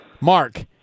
Mark